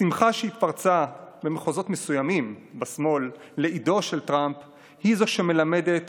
השמחה שהתפרצה במחוזות מסוימים בשמאל לאידו של טראמפ היא שמלמדת